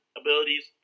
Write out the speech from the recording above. abilities